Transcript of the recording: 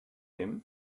him